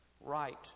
right